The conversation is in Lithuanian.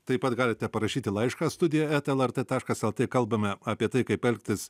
taip pat galite parašyti laišką studija eta lrt taškas el t kalbame apie tai kaip elgtis